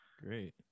great